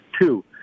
Two